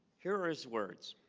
here are his words